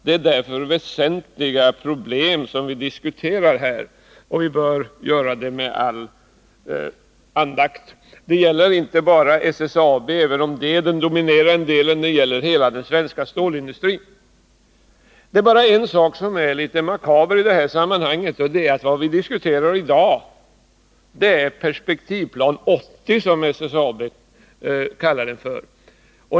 Det är därför väsentliga problem som vi diskuterar här, och vi bör göra det med all andakt. Det här gäller inte bara SSAB, även om det är den dominerande delen. Det gäller hela den svenska stålindustrin. Det är bara en sak som är litet makaber i det här sammanhanget, nämligen att vad vi diskuterar i dag är Perspektivplan 1980, som SSAB kallar den.